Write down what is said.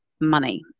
money